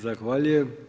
Zahvaljujem.